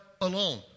alone